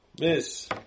Miss